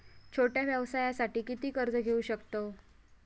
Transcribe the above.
छोट्या व्यवसायासाठी किती कर्ज घेऊ शकतव?